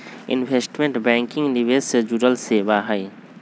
investment banking निवेश से जुड़ल सेवा हई